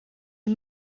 est